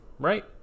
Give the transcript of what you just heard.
right